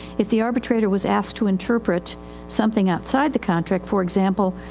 if the arbitrator was asked to interpret something outside the contract. for example,